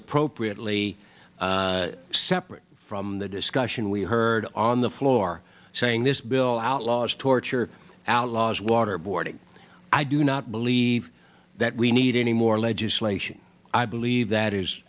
appropriately separate from the discussion we heard on the floor saying this bill outlaws torture outlaws waterboarding i do not believe that we need any more legislation i believe that is